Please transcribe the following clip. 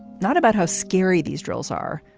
not about how scary these drills are,